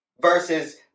Versus